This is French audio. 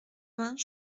vingt